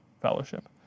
fellowship